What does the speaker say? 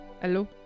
Hello